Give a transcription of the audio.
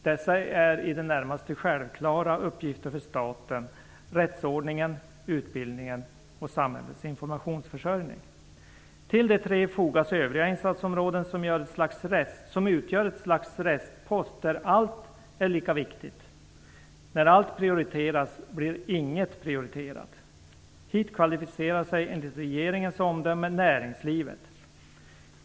Det handlar om i det närmaste självklara uppgifter för staten. Det gäller rättsordningen, utbildningen och samhällets informationsförsörjning. Till dessa tre områden fogas övriga insatsområden, som utgör ett slags restpost där allt är lika viktigt. När allt prioriteras blir inget prioriterat. Hit kvalificerar sig, enligt regeringens omdöme, näringslivet.